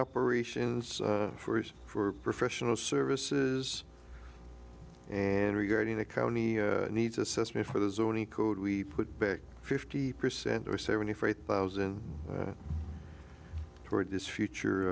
operations for it for professional services and regarding the county needs assessment for those only code we put back fifty percent or seventy five thousand toward this future